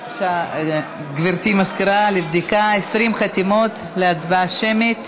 גברתי המזכירה, לבדיקה, 20 חתימות להצבעה שמית.